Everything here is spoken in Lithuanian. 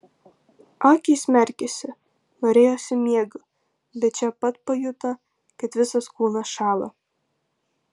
akys merkėsi norėjosi miego bet čia pat pajuto kad visas kūnas šąla